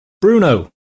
Bruno